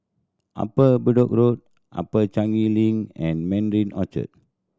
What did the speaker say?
Upper Bedok Road Upper Changi Link and Mandarin Orchard